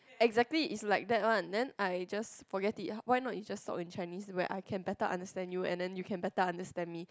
exactly is like that one then I just forget it why not you just talk in Chinese where I can better understand you and then you can better understand me